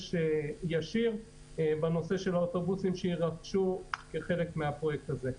הישיר של האוטובוסים שיירכשו כחלק מהפרויקט הזה.